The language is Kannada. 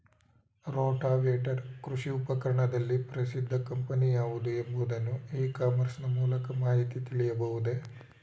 ರೋಟಾವೇಟರ್ ಕೃಷಿ ಉಪಕರಣದಲ್ಲಿ ಪ್ರಸಿದ್ದ ಕಂಪನಿ ಯಾವುದು ಎಂಬುದನ್ನು ಇ ಕಾಮರ್ಸ್ ನ ಮೂಲಕ ಮಾಹಿತಿ ತಿಳಿಯಬಹುದೇ?